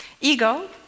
Ego